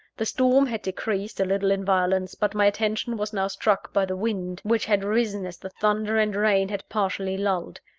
the storm had decreased a little in violence but my attention was now struck by the wind, which had risen as the thunder and rain had partially lulled.